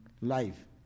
life